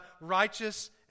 righteous